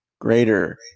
greater